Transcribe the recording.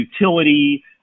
utility